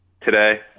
today